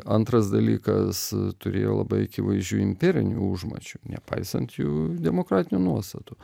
antras dalykas turėjo labai akivaizdžių imperinių užmačių nepaisant jų demokratinių nuostatų